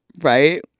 right